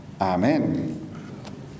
Amen